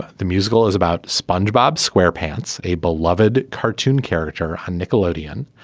the musical is about spongebob square pants. a beloved cartoon character on nickelodeon.